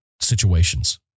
situations